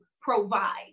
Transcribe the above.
provide